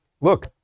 Look